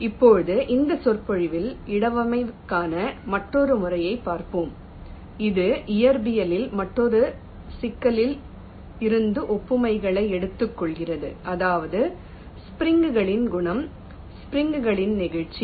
இப்போது இந்த சொற்பொழிவில் இடவமைவுக்கான மற்றொரு முறையைப் பார்ப்போம் இது இயற்பியலின் மற்றொரு சிக்கலில் இருந்து ஒப்புமைகளை எடுத்துக்கொள்கிறது அதாவது ஸ்ப்ரிங் களின் குணம் ஸ்ப்ரிங் களின் நெகிழ்ச்சி